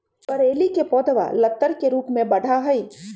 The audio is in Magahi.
करेली के पौधवा लतर के रूप में बढ़ा हई